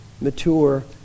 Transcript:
mature